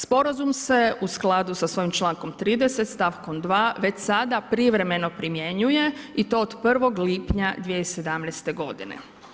Sporazum se u skladu sa svojim člankom 30. stavkom 2. već sada privremeno primjenjuje i to od prvog lipnja 2017. godine.